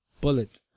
Bullet